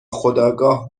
خودآگاه